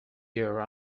there